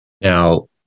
Now